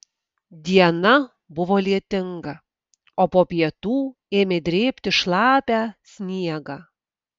diena buvo lietinga o po pietų ėmė drėbti šlapią sniegą